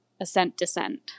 ascent-descent